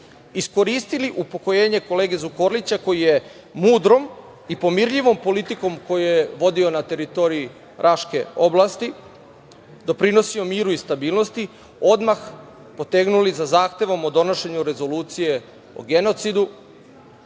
iskoristili upokojenje kolege Zukorlića koji je mudrom i pomirljivom politikom koju je vodio na teritoriji Raške oblasti doprinosio miru i stabilnosti, odmah potegnuli za zahtevom o donošenju rezolucije o genocidu